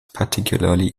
particularly